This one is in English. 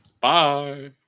Bye